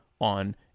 on